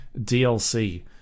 DLC